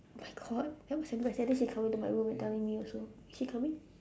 oh my god that was embarrassing I think she coming my room and telling me also is she coming